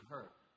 Hurt